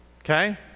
okay